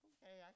Okay